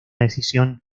decisión